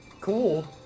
Cool